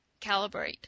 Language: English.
calibrate